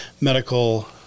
medical